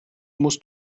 musst